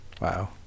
Wow